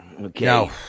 Okay